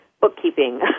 bookkeeping